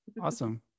Awesome